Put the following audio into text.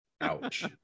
Ouch